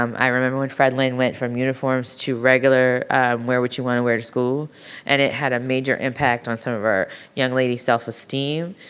um i remember when fred lynn went from uniforms to regular wear would you wanna wear to school and it had a major impact on so some young ladies self esteem.